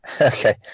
Okay